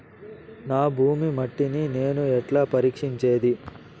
నా భూమి మట్టిని నేను ఎట్లా పరీక్షించేది?